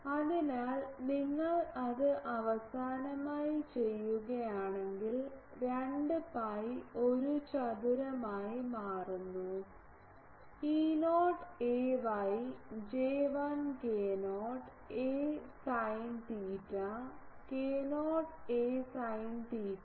അതിനാൽ നിങ്ങൾ അത് അവസാനമായി ചെയ്യുകയാണെങ്കിൽ 2 പൈ ഒരു ചതുരമായി മാറുന്നു E0 ay J1 k0 a sine theta k0 a sine theta